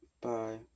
Bye